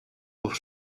noch